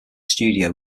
studios